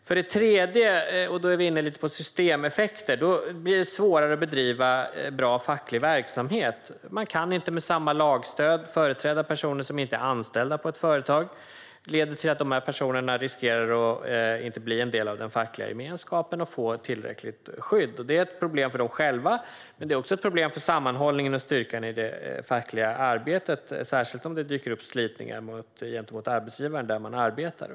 För det tredje, och nu kommer vi in lite på systemeffekter, blir det svårare att bedriva bra facklig verksamhet. Man kan inte med samma lagstöd företräda personer som inte är anställda på ett företag. Det leder till att dessa personer riskerar att inte bli en del av den fackliga gemenskapen och att inte få tillräckligt skydd. Det är ett problem för dem själva, men det är också ett problem för sammanhållningen och styrkan i det fackliga arbetet, särskilt om det dyker upp slitningar gentemot arbetsgivaren där man arbetar.